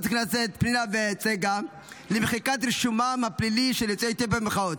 הכנסת פנינה וצגה למחיקת רישומם הפלילי של יוצאי אתיופיה במחאות.